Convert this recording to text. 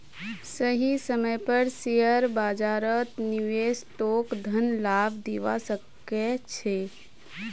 सही समय पर शेयर बाजारत निवेश तोक धन लाभ दिवा सके छे